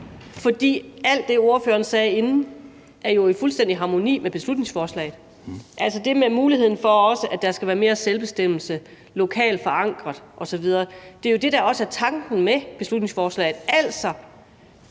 For alt det, ordføreren sagde inden, er jo i fuldstændig harmoni med beslutningsforslaget – altså det med muligheden for, at der skal være mere selvbestemmelse, lokalt forankret osv. Det er jo det, der også er tanken med beslutningsforslaget,